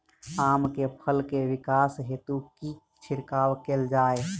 आम केँ फल केँ विकास हेतु की छिड़काव कैल जाए?